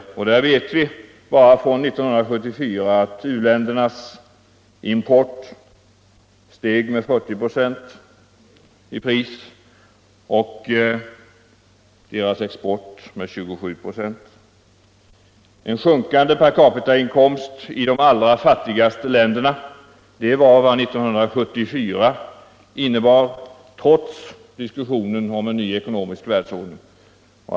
Vi vet att u-ländernas import bara under 1974 stigit med 40 946 i pris och deras export med 27 946. År 1974 innebar en sjunkande per-capita-inkomst i de allra fattigaste länderna trots diskussionen om en ny ekonomisk världsordning.